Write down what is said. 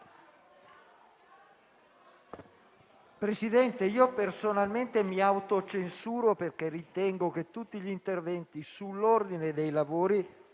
Presidente, personalmente mi autocensuro perché ritengo che tutti gli interventi sull'ordine dei lavori